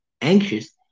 anxious